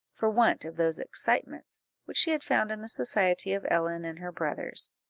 for want of those excitements which she had found in the society of ellen and her brothers